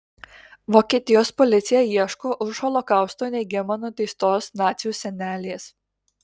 vokietijos policija ieško už holokausto neigimą nuteistos nacių senelės